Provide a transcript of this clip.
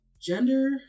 Gender